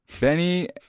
Benny